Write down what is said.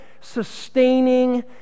sustaining